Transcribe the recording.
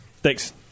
thanks